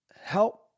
help